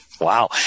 Wow